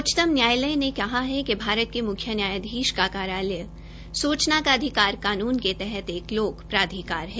उच्चतम न्यायालय ने कहा है कि भारत के मुख्य न्यायाधीश का कार्याकाल सूचना का अधिकार कानून के तहत एक लोक प्राधिकार है